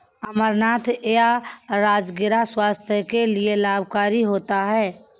अमरनाथ या राजगिरा स्वास्थ्य के लिए लाभकारी होता है